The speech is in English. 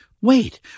Wait